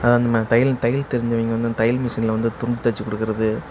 நம்ம தையல் தையல் தெரிஞ்சவங்க வந்து தையல் மெஷினில் வந்து துணி தைச்சுக் கொடுக்குறது